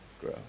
grow